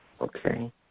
Okay